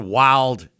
wild